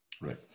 Right